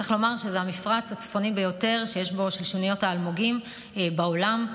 צריך לומר שזה המפרץ הצפוני ביותר של שוניות אלמוגים בעולם.